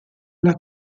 alla